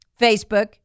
facebook